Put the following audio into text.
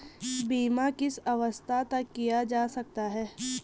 बीमा किस अवस्था तक किया जा सकता है?